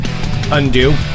undo